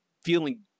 feeling